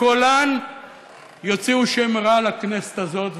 וכולן יוציאו שם רע לכנסת הזאת.